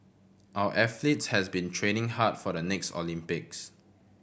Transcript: our athletes have been training hard for the next Olympics